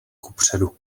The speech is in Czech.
kupředu